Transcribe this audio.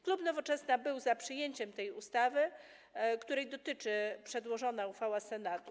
Klub Nowoczesna był za przyjęciem ustawy, której dotyczy przedłożona uchwała Senatu.